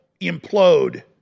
implode